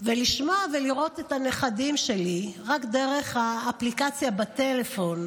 ולשמוע ולראות את הנכדים שלי רק דרך האפליקציה בטלפון,